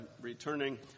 returning